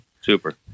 super